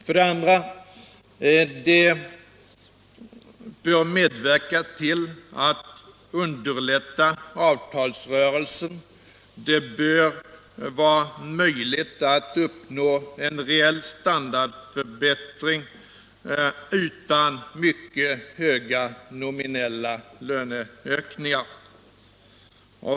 För det andra bör det medverka till att underlätta avtalsrörelsen, det bör vara möjligt att uppnå en reell standardförbättring utan mycket höga nominella löneökningar.